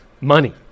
money